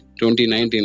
2019